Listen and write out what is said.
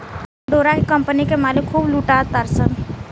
डोरा के कम्पनी के मालिक खूब लूटा तारसन